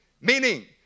Meaning